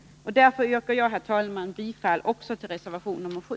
Därför yrkar jag, herr talman, också bifall till reservation nr 7.